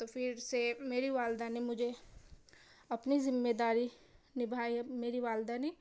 تو پھر سے میری والدہ نے مجھے اپنی زمہ داری نبھائی میری والدہ نے